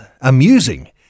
amusing